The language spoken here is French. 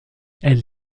elle